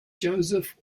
joseph